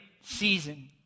season